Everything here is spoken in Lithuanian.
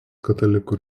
katalikų